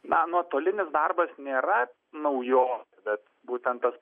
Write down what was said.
na nuotolinis darbas nėra naujovė bet būtent tas